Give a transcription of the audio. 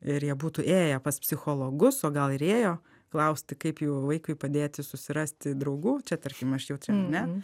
ir jie būtų ėję pas psichologus o gal ir ėjo klausti kaip jų vaikui padėti susirasti draugų čia tarkim aš jautri ar ne